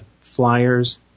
flyers